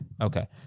Okay